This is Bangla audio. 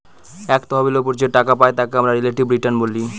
এক তহবিলের ওপর যে টাকা পাই তাকে আমরা রিলেটিভ রিটার্ন বলে